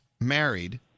married